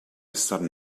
sudden